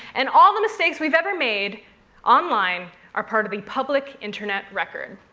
and all the mistakes we've ever made online are part of the public internet record.